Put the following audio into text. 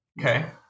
Okay